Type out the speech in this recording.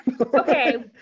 Okay